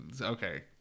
okay